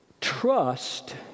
trust